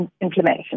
inflammation